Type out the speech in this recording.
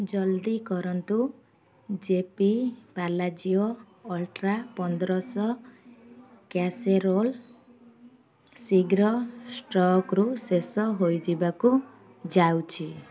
ଜଲଦି କରନ୍ତୁ J P Palazio ultra ପନ୍ଦରଶହ କ୍ୟାସେରୋଲ୍ ଶୀଘ୍ର ଷ୍ଟକ୍ରୁ ଶେଷ ହୋଇଯିବାକୁ ଯାଉଛି